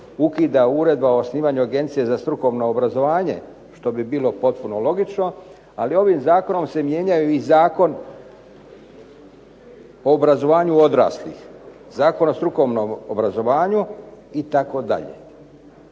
ukida Uredba o osnivanju Agencije za strukovno obrazovanje, što bi bilo potpuno logično, ali ovim zakonom se mijenjaju i Zakon o obrazovanju odraslih, Zakon o strukovnom obrazovanju itd.